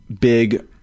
big